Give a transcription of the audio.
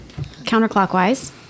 counterclockwise